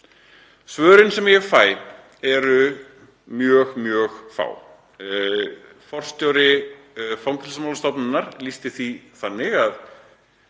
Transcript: Svörin sem ég fæ eru mjög, mjög fá. Forstjóri Fangelsismálastofnunar lýsti því þannig að